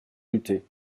lutter